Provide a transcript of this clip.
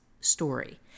story